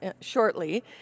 shortly